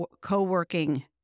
Co-working